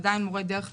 עדיין מורי דרך נבחנים.